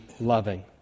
loving